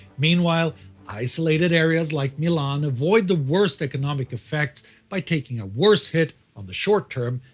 meanwhile isolated areas like milan avoid the worst economic effects by taking a worse hit on the short term,